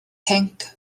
pinc